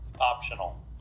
optional